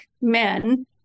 men